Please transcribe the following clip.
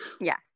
Yes